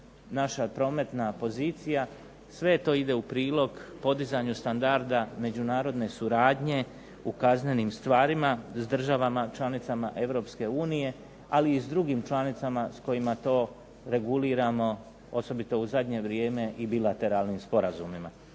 naša prometna pozicija, sve to ide u prilog podizanju standarda međunarodne suradnje u kaznenim stvarima s državama članicama Europske unije, ali i s drugim članicama s kojima to reguliramo, osobito u zadnje vrijeme i bilateralnim sporazumima.